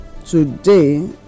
today